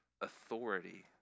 authority